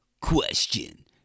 Question